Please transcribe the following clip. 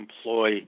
employ